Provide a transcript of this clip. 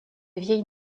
vieille